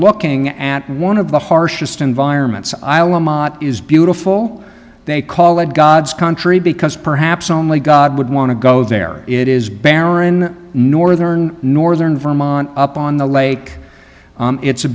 looking at one of the harshest environments iowa mot is beautiful they call it god's country because perhaps only god would want to go there it is barren northern northern vermont up on the lake it's a